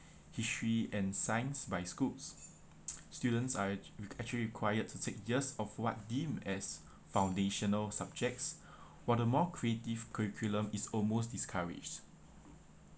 history and science by schools students are ac~ actually required to take just of what deemed as foundational subjects while the more creative curriculum is almost discouraged